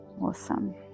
awesome